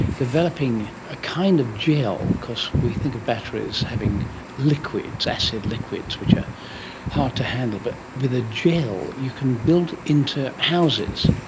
developing a kind of gel, because we think of batteries having liquids, acid liquids which are hard to handle. but with a gel you can build it into houses,